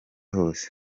hose